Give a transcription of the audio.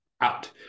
out